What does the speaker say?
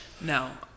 no